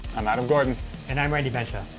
i'm adam gordon. and i'm randi bentia.